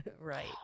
Right